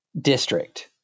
district